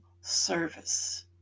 service